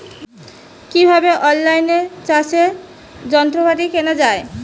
কিভাবে অন লাইনে চাষের যন্ত্রপাতি কেনা য়ায়?